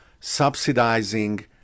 subsidizing